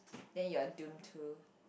than you are doom to